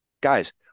Guys